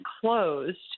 closed